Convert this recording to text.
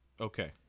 okay